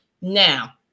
Now